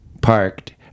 parked